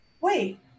Wait